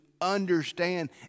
understand